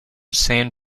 san